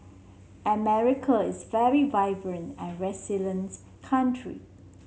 America is very vibrant and resilience country